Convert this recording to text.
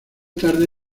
tarde